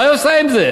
מה היא עושה עם זה?